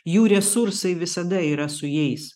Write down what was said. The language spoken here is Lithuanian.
jų resursai visada yra su jais